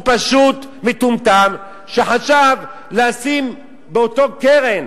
הוא פשוט מטומטם, שחשב לשים באותה קרן.